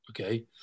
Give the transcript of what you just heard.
Okay